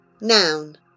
Noun